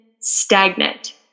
stagnant